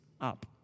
up